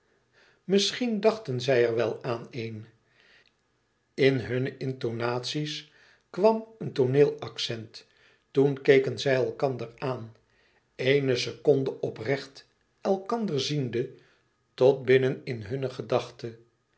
misschien dachten zij er wel aan een in hunne intonatie's kwam een tooneelaccent toen keken zij elkander aan éene seconde oprecht elkander ziende tot binnen in hunne gedachte